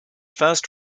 first